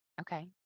Okay